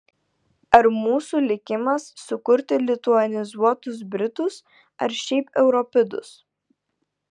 ar mūsų likimas sukurti lituanizuotus britus ar šiaip europidus